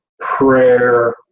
prayer